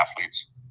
athletes –